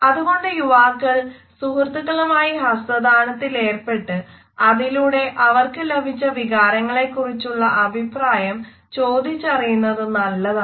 അതുകൊണ്ട് യുവാക്കൾ സുഹൃത്തുക്കളുമായി ഹസ്തദാനത്തിൽ ഏർപ്പെട്ട് അതിലൂടെ അവർക്ക് ലഭിച്ച വികാരങ്ങളെക്കുറിച്ചുള്ള അഭിപ്രായം ചോദിച്ചറിയുന്നത് നല്ലതാണ്